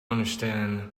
understand